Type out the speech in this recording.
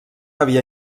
havia